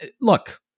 look